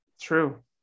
True